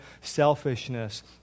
selfishness